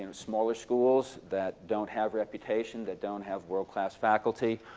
and smaller schools that don't have reputation, that don't have world class faculty,